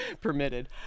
Permitted